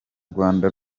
rwanda